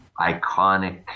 iconic